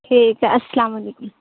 ٹھیک ہے السلام علیکم